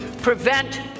prevent